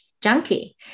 junkie